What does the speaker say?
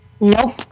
Nope